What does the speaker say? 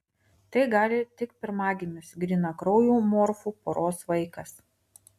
tai gali tik pirmagimis grynakraujų morfų poros vaikas